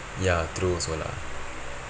ya true also lah